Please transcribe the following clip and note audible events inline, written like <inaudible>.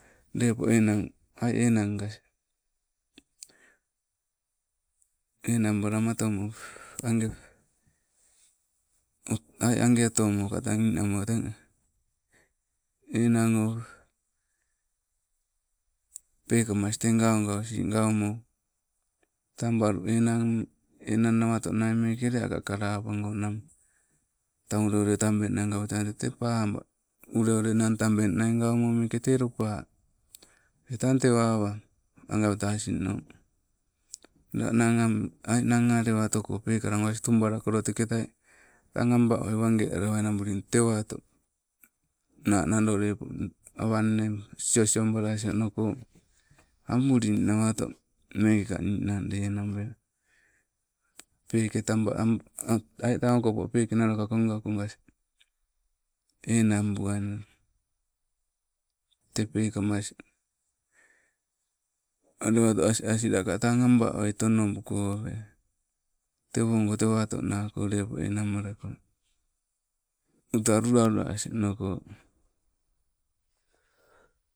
Leppo enan, aii enangas, enang balamatomo teng, enang o, pekamas te gaugausi gaumo, tanbalu enan, enan nawato nai mekeleaka kalapago, tang, ule ule tabenai gantoa tete paba, uleule nang tabeng nai gaumo meke tee lopa. Tee tang tewa awa, agapetae asno, la nang, aii nang alewa otoko pekalagoasin alewatoko ubalakolo. Tang baoi wage alainabullin, tewato, nado leppo nn awa nne, siosibalas noko, ambuli nawato meekeka ninang niinang lenabe, peeke taba <hesitation> sii tang peke okopo nalloka koga kogas. Enang buai nnan, tee pekamas alewato as aslaka tang abaoi tonobuko oweai. Tewango tewaato nako lepo enangmalako, uta luwa luwa as onoko.